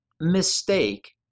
mistake